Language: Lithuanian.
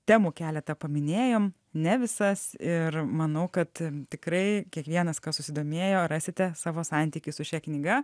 temų keletą paminėjom ne visas ir manau kad tikrai kiekvienas kas susidomėjo rasite savo santykį su šia knyga